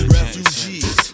Refugees